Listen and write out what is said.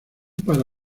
para